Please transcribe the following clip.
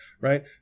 right